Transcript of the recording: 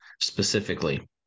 specifically